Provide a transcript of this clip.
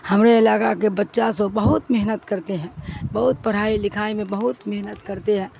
ہمارے علاقہ کے بچہ سب بہت محنت کرتے ہیں بہت پڑھائی لکھائی میں بہت محنت کرتے ہیں